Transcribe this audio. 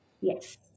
Yes